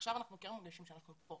עכשיו אנחנו יודעים כי אנחנו כאן.